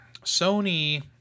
Sony